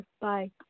Bye